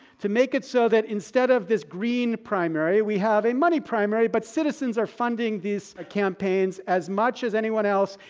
to make it so that instead of this green primary we have a money primary, but citizens are funding these campaigns, as much as anyone else.